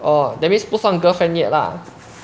or that means 不算 girlfriend yet lah